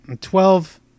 Twelve